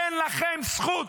אין לכם זכות.